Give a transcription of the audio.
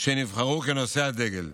שנבחרו כנושא הדגל.